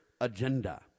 agenda